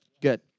Good